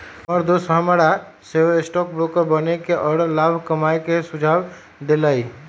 हमर दोस हमरा सेहो स्टॉक ब्रोकर बनेके आऽ लाभ कमाय के सुझाव देलइ